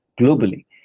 globally